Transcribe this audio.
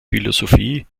philosophie